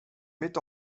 met